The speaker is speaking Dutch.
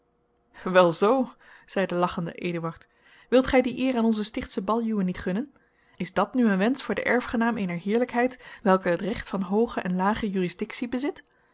wel zoo zeide lachende eduard wilt gij die eer aan onze stichtsche baljuwen niet gunnen is dat nu een wensch voor den erfgenaam eener heerlijkheid welke het recht van hooge en lage jurisdictie bezit